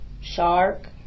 shark